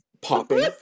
popping